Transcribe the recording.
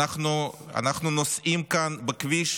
אנחנו נוסעים כאן בכביש